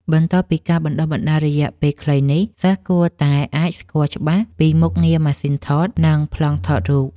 បន្ទាប់ពីការបណ្តុះបណ្តាលរយៈពេលខ្លីនេះ សិស្សគួរតែអាចស្គាល់ច្បាស់ពីមុខងារម៉ាស៊ីនថត និងប្លង់ថតរូប។